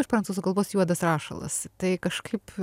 iš prancūzų kalbos juodas rašalas tai kažkaip